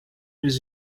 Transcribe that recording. with